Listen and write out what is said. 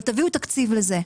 אבל תביאו תקציב לזה.